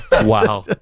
Wow